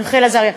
רחל עזריה.